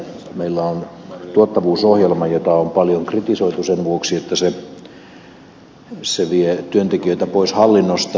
meillä on tuottavuusohjelma jota on paljon kritisoitu sen vuoksi että se vie työntekijöitä pois hallinnosta